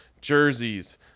jerseys